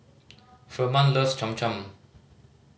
Firman loves Cham Cham